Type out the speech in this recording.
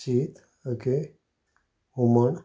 शीत ओके हुमण